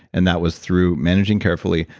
and that was through managing carefully,